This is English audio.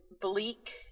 bleak